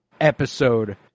episode